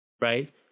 Right